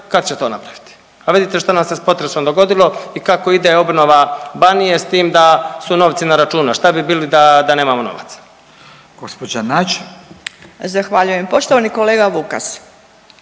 kad će to napraviti, a vidite šta nam se s potresom dogodilo i kako ide obnova Banije s tim da su novci na računu, a šta bi bili da, da nemamo novaca. **Radin, Furio (Nezavisni)** Gospođa Nađ.